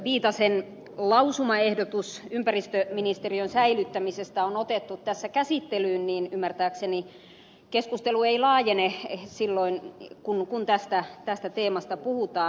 viitasen lausumaehdotus ympäristöministeriön säilyttämisestä on otettu tässä käsittelyyn niin ymmärtääkseni keskustelu ei laajene silloin kun tästä teemasta puhutaan